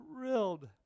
thrilled